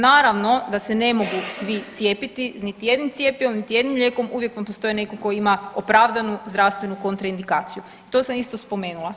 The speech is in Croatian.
Naravno da se ne mogu svi cijepiti niti jednim cjepivom, niti jednim lijekom, uvijek vam postoji netko tko ima opravdanu zdravstvenu kontraindikaciju i to sam isto spomenula.